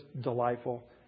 delightful